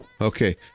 Okay